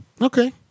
Okay